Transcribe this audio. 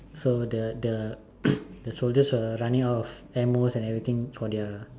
so the the the soldiers were running out of air moss and everything for their